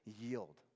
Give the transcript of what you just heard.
yield